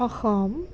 Assam